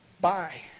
Bye